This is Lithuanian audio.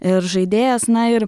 ir žaidėjas na ir